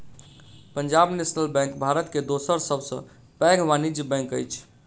Punjab National Bank Bharat के दोसर सब सॅ पैघ वाणिज्य बैंक अछि